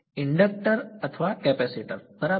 inductor અથવા capacitor બરાબર